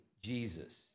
Jesus